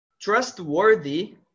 trustworthy